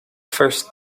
first